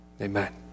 Amen